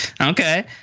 Okay